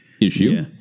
issue